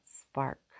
spark